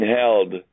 held